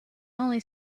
only